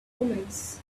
omens